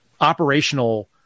operational